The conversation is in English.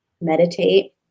meditate